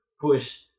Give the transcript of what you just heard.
push